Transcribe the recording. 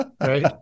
right